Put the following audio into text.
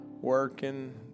working